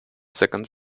second